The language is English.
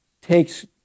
takes